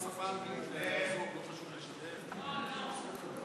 לא, לא.